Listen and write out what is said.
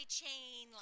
chain